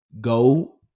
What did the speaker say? go